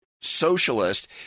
socialist